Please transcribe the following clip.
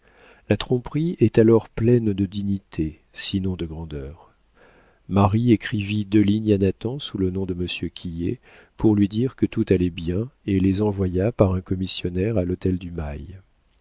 la tromperie est alors pleine de dignité sinon de grandeur marie écrivit deux lignes à nathan sous le nom de monsieur quillet pour lui dire que tout allait bien et les envoya par un commissionnaire à l'hôtel du mail